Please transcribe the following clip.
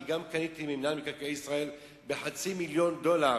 אני גם קניתי ממינהל מקרקעי ישראל בחצי מיליון דולר,